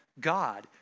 God